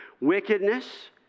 wickedness